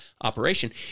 operation